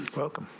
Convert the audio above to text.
welcome.